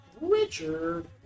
Richard